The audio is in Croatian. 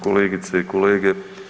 Kolegice i kolege.